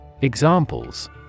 Examples